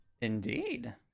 Indeed